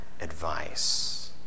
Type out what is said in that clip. advice